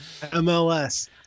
MLS